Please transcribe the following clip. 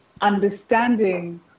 understanding